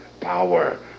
power